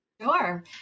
Sure